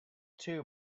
too